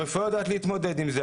הרפואה יודעת להתמודד עם זה,